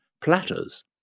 platters